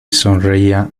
sonreía